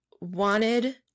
wanted